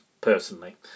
personally